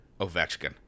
Ovechkin